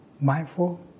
mindful